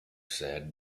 sad